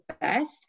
best